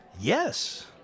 Yes